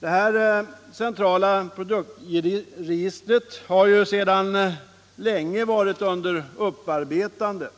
Uppgörandet av registret har pågått sedan länge, och det